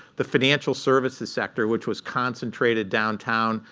the financial services sector, which was concentrated downtown,